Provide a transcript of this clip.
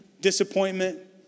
disappointment